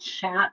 chat